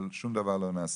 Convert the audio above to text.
אבל שום דבר לא נעשה.